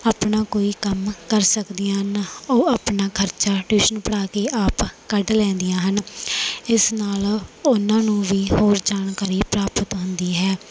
ਆਪਣਾ ਕੋਈ ਕੰਮ ਕਰ ਸਕਦੀਆਂ ਹਨ ਉਹ ਆਪਣਾ ਖਰਚਾ ਟਿਊਸ਼ਨ ਪੜ੍ਹਾ ਕੇ ਆਪ ਕੱਢ ਲੈਂਦੀਆਂ ਹਨ ਇਸ ਨਾਲ ਉਨ੍ਹਾਂ ਨੂੰ ਵੀ ਹੋਰ ਜਾਣਕਾਰੀ ਪ੍ਰਾਪਤ ਹੁੰਦੀ ਹੈ